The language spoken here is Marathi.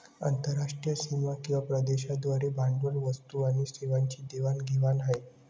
आंतरराष्ट्रीय सीमा किंवा प्रदेशांद्वारे भांडवल, वस्तू आणि सेवांची देवाण घेवाण आहे